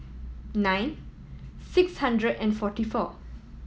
nine six hundred and forty four